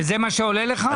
וזה מה שעולה לך?